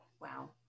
Wow